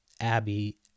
Abby